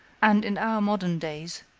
and, in our modern days,